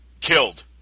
killed